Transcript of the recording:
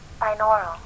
binaural